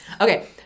Okay